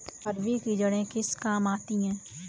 अरबी की जड़ें किस काम आती हैं?